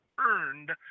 earned